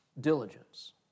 diligence